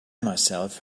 myself